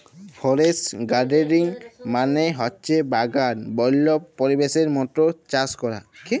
forest গাড়েলিং মালে হছে বাগাল বল্য পরিবেশের মত চাষ ক্যরা